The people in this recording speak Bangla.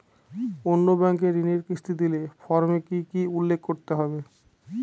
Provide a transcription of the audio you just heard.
অন্য ব্যাঙ্কে ঋণের কিস্তি দিলে ফর্মে কি কী উল্লেখ করতে হবে?